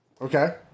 Okay